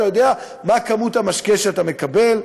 בתפריט אתה יודע מה כמות המשקה שאתה מקבל.